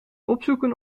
opzoeken